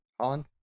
Holland